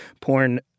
porn